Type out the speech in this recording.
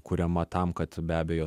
kuriama tam kad be abejo